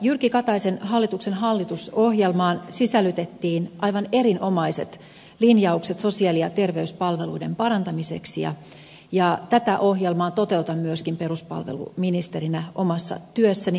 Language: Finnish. jyrki kataisen hallituksen hallitusohjelmaan sisällytettiin aivan erinomaiset linjaukset sosiaali ja terveyspalveluiden parantamiseksi ja tätä ohjelmaa myöskin toteutan peruspalveluministerinä omassa työssäni